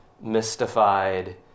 mystified